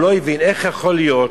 הוא לא הבין איך יכול להיות